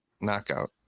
Knockout